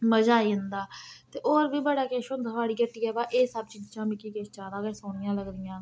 मजा आई जंदा ते होर बी बड़ा किश होंदा थुआड़ियां हट्टिया बा एह् सब चीजां मिकी किस ज्यादा गै सौह्नियां लगदियां